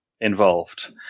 involved